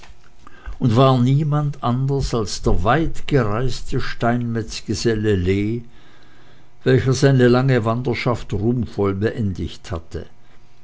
und war niemand anders als der weitgereiste steinmetzgeselle lee welcher seine lange wanderschaft ruhmvoll beendigt hatte